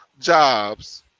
jobs